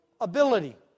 ability